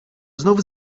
znów